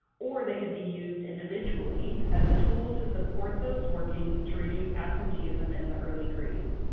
or they could be used individually as a tool to support those working to reduce absenteeism in the early grades.